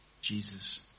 Jesus